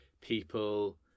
people